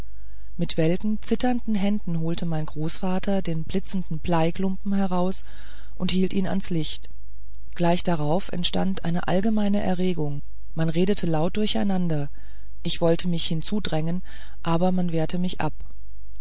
mit welken zitternden händen holte mein großvater den blitzenden bleiklumpen heraus und hielt ihn ans licht gleich darauf entstand eine allgemeine erregung man redete laut durcheinander ich wollte mich hinzudrängen aber man wehrte mich ab